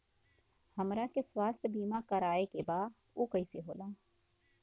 हमरा के स्वास्थ्य बीमा कराए के बा उ कईसे होला?